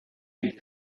est